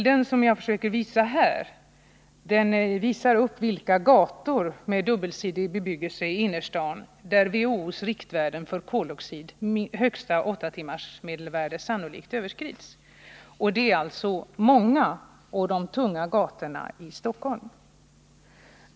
Den andra bilden på skärmen visar gator med dubbelsidig bebyggelse i innerstaden där WHO:s riktvärden för koloxid — högsta åtta timmars medelvärde — sannolikt överskrids. Det är många och tunga gator i Stockholm.